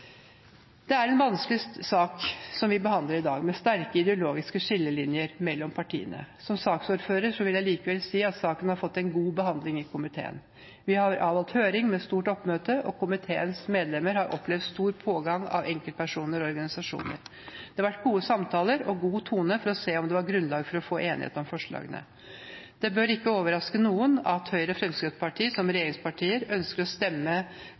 Det er en vanskelig sak vi behandler i dag, med sterke ideologiske skillelinjer mellom partiene. Som saksordfører vil jeg likevel si at saken har fått en god behandling i komiteen. Vi har avholdt høring med stort oppmøte, og komiteens medlemmer har opplevd stor pågang fra enkeltpersoner og organisasjoner. Det har vært gode samtaler og en god tone for å se om det var grunnlag for enighet om forslagene. Det bør ikke overraske noen at Høyre og Fremskrittspartiet som regjeringspartier ønsker å stemme